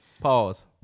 Pause